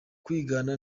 kwigana